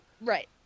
right